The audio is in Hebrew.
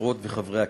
חברות וחברי הכנסת,